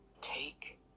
take